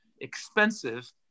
expensive